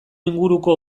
inguruko